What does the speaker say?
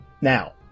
Now